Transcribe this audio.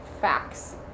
Facts